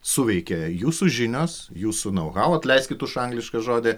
suveikė jūsų žinios jūsų nau hau atleiskit už anglišką žodį